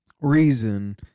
reason